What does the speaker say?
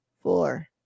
four